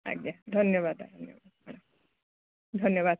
ଆଜ୍ଞା ଧନ୍ୟବାଦ ଆଜ୍ଞା ହଁ ଧନ୍ୟବାଦ